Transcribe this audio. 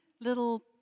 little